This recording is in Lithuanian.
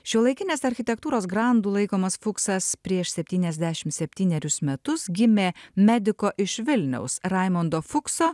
šiuolaikinės architektūros grandu laikomas fuksas prieš septyniasdešim septynerius metus gimė mediko iš vilniaus raimundo fukso